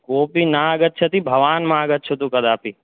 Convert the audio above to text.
कोऽपि नागच्छति भवान् मागच्छतु कदापि